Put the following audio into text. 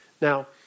Now